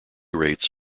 rates